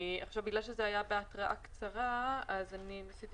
מכיוון שזה היה בהתראה קצרה ניסיתי